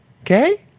Okay